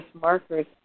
markers